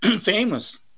famous